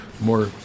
More